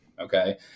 Okay